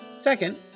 Second